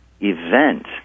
event